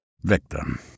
victim